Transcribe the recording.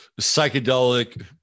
psychedelic